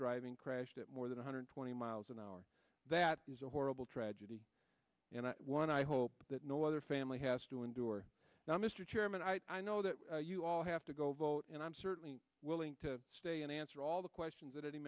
driving crashed at more than one hundred twenty miles an hour that is a horrible tragedy and one i hope that no other family has to endure now mr chairman i i know that you all have to go vote and i'm certainly willing to stay and answer all the questions that any